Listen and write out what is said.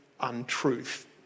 untruth